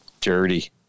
Dirty